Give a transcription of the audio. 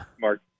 Mark